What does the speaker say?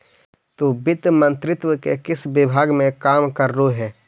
तु वित्त मंत्रित्व के किस विभाग में काम करलु हे?